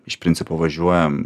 iš principo važiuojam